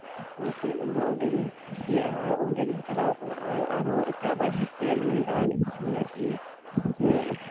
ᱚᱱᱟᱛᱮ ᱤᱧ ᱫᱚ ᱚᱸᱰᱮ ᱜᱤᱧ ᱠᱩᱥᱤᱭᱟᱜᱼᱟ ᱟᱨ ᱚᱸᱰᱮ ᱜᱤᱧ ᱪᱟᱞᱟᱣᱟᱠᱟᱱᱟ ᱟᱨ ᱚᱸᱰᱮ ᱠᱷᱚᱱ ᱦᱚᱸ ᱮᱴᱟᱜ ᱵᱟᱨᱦᱮ ᱥᱮᱱ ᱫᱟᱬᱟᱱ ᱤᱪᱪᱷᱟᱹ ᱢᱮᱱᱟᱜ ᱛᱤᱧᱟᱹ ᱡᱮ